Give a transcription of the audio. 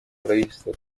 правительство